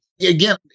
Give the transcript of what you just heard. again